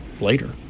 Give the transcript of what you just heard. later